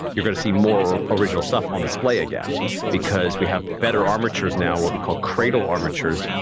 you're going to see more original stuff on display again because we have better armatures now, what we call cradle armatures.